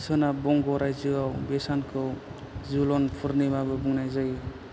सोनाब बंग' रायजोआव बे सानखौ जुलन पुर्निमाबो बुंनाय जायो